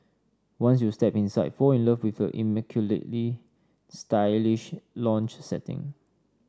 once you step inside fall in love with the immaculately stylish lounge setting